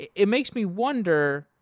it it makes me wonder,